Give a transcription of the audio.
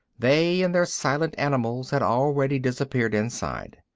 they and their silent animals had already disappeared inside.